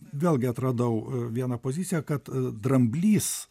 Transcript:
vėlgi atradau vieną poziciją kad dramblys